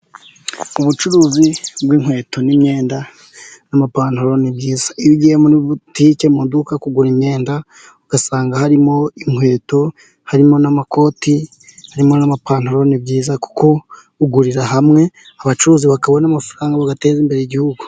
Ubucuruzi bw'inkweto n'imyenda amapantaro ni byiza, iyo ugiye muri botike mu duka kugura imyenda, ugasanga harimo: inkweto, harimo n'amakoti, harimo n'amapantaro, ni byiza kuko ugurira hamwe abacuruzi bakabona amafaranga, bagateza imbere igihugu.